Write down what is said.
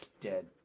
dead